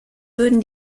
würden